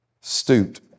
stooped